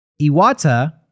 Iwata